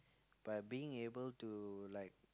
but being able to like